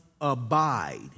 abide